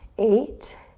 eight,